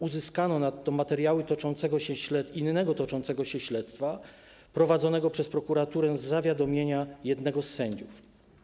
Uzyskano nadto materiały dotyczące innego toczącego się śledztwa prowadzonego przez prokuraturę z zawiadomienia jednego z sędziów.